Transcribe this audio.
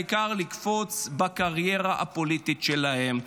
העיקר לקפוץ בקריירה הפוליטית שלהם.